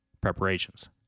preparations